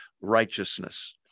righteousness